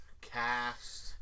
cast